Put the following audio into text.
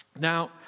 Now